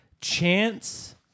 Chance